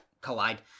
collide